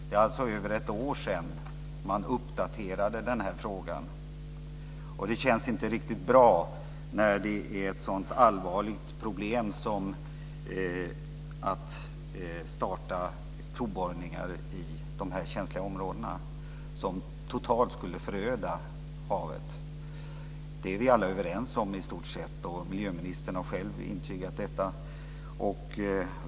Det är alltså över ett år sedan man uppdaterade frågan. Det känns inte riktigt bra när det är ett så allvarligt problem som att starta provborrningar i de här känsliga områdena. Det skulle totalt föröda havet. Det är vi i stort sett alla överens om. Miljöministern har själv intygat detta.